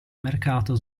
mercato